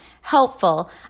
helpful